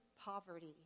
poverty